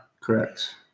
Correct